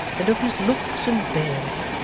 and of his looks and bearing,